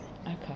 Okay